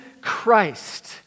Christ